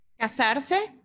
Casarse